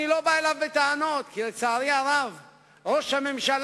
אני לא בא אליו בטענות, כי לצערי הרב ראש הממשלה,